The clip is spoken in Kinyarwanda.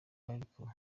ariko